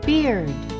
Beard